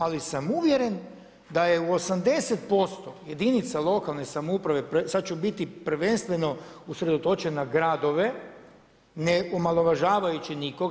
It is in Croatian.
Ali sam uvjeren da je u 80% jedinica lokalne samouprave, sada ću biti prvenstveno usredotočen na gradove ne omalovažavajući nikoga.